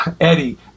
Eddie